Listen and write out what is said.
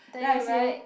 then I say